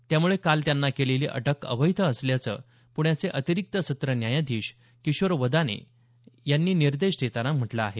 त्यामुळे त्यांना काल केलेली अटक अवैध असल्याचं पूण्याचे अतिरिक्त सत्र न्यायाधीश किशोर वदाने यांनी हे निर्देश देताना म्हटलं आहे